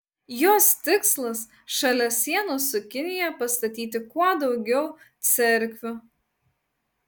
jos tikslas šalia sienos su kinija pastatyti kuo daugiau cerkvių